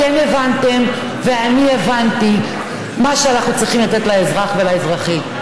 אתם הבנתם ואני הבנתי את מה שאנחנו צריכים לתת לאזרח ולאזרחית.